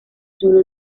sólo